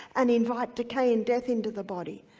and invite decay and death into the body.